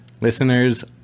Listeners